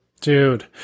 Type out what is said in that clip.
dude